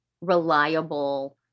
reliable